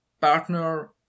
partner